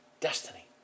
destiny